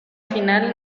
final